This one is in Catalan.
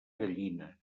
gallina